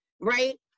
right